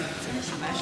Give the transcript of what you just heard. בנובמבר?